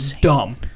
dumb